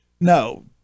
No